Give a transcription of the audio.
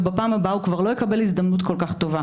ובפעם הבאה הוא כבר לא יקבל הזדמנות כל כך טובה.